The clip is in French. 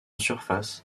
surface